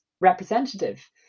representative